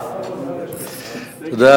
תודה.